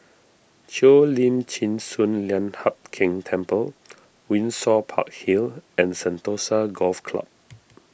Cheo Lim Chin Sun Lian Hup Keng Temple Windsor Park Hill and Sentosa Golf Club